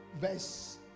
verse